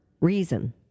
reason